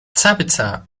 tabitha